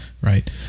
right